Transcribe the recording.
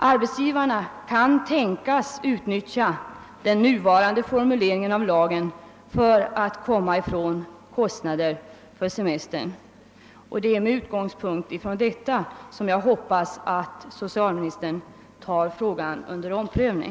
Arbetsgivarna kan tänkas utnyttja den nuvarande formuleringen i lagen för att komma ifrån kostnaden för semestern. Det är med utgångspunkt häri som jag hoppas att socialministern tar frågan under omprövning.